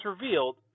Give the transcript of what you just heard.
revealed